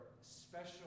special